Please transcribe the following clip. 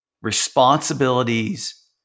responsibilities